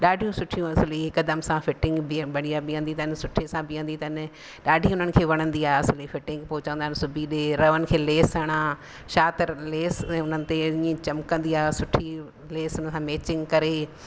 ॾाढी सुठियूं असली हिकदमि सां फिटिंग बढ़िया बीहंदी अथनि सुठे सां बीहंदी अथनि ॾाढी उन्हनि खे वणंदी आहे फिटिंग पोइ चईंदा आहिनि सिबी ॾे रवनि खे लेस हणां छा त लेस हुननि ते चमकंदी आहे सुठी लेस मेचिंग करे